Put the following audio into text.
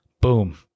Boom